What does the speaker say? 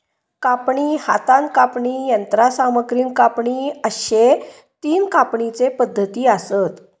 कापणी, हातान कापणी, यंत्रसामग्रीन कापणी अश्ये तीन कापणीचे पद्धती आसत